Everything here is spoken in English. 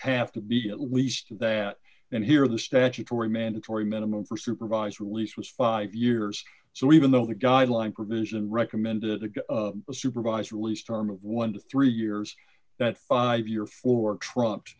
have to be at least that and here the statutory mandatory minimum for supervised release was five years so even though the guideline provision recommended a supervised release term of one to three years that five year four trunks